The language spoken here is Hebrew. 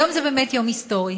היום זה באמת יום היסטורי.